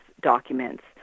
documents